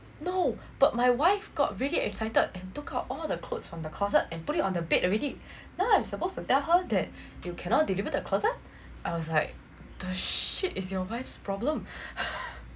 no but my wife got really excited and took out all the clothes from the closet and put it on the bed already now I'm supposed to tell her that you cannot deliver the closet I was like the shit is your wife's problem